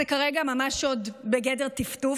זה כרגע ממש עוד בגדר טפטוף,